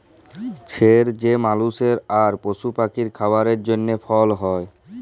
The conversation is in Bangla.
ছের যে মালুসের আর পশু পাখির খাবারের জ্যনহে ফল হ্যয়